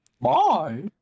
Bye